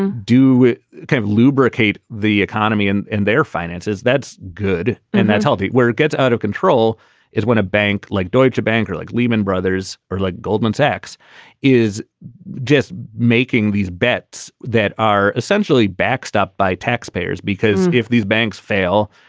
and do kind of lubricate the economy and and their finances. that's good and that's healthy. where it gets out of control is when a bank like deutsche bank, like lehman brothers or like goldman sachs is just making these bets that are essentially backstopped by taxpayers, because if these banks fail,